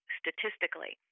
statistically